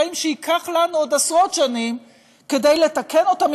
קרעים שייקח לנו עוד עשרות שנים לתקן אותם,